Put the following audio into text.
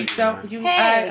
hey